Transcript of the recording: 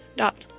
dot